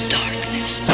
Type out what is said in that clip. darkness